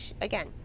Again